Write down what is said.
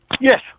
Yes